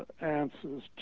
answers